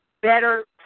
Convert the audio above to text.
better